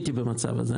אני הייתי במצב הזה,